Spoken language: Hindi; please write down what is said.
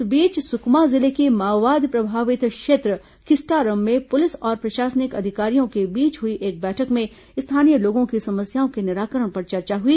इस बीच सुकमा जिले के माओवाद प्रभावित क्षेत्र किस्टारम में पुलिस और प्रशासनिक अधिकारियों के बीच हुई एक बैठक में स्थानीय लोगों की समस्याओं के निराकरण पर चर्चा हुई